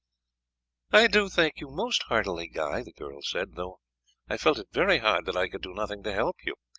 i do thank you most heartily, guy, the girl said, though i felt it very hard that i could do nothing to help you.